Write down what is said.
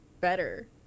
better